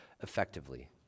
effectively